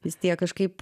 vis tiek kažkaip